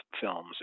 films